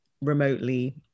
remotely